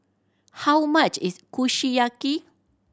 how much is Kushiyaki